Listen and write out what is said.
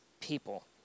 people